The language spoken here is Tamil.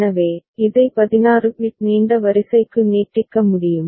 எனவே இதை 16 பிட் நீண்ட வரிசைக்கு நீட்டிக்க முடியும்